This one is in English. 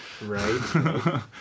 Right